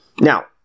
Now